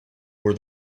were